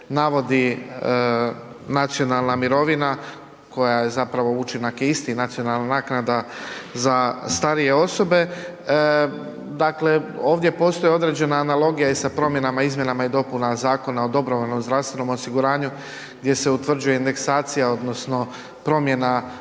navodi nacionalna mirovina koja zapravo učinak je isti, nacionalna naknada za starije osobe. Dakle, ovdje postoji određena analogija i sa promjenama, izmjenama i dopunama Zakona o dobrovoljnom zdravstvenom osiguranju gdje se utvrđuje indeksacija odnosno promjena